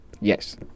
Yes